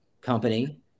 company